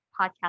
podcast